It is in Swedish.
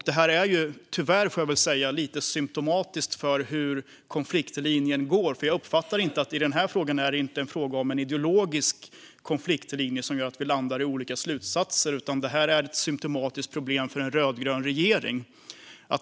Det här är - tyvärr, får jag väl säga - lite symptomatiskt för hur konfliktlinjen går. Jag uppfattar inte att det i den här frågan är en ideologisk konfliktlinje som gör att vi landar i olika slutsatser, utan det här är ett symtomatiskt problem för en rödgrön regering.